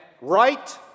right